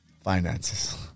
finances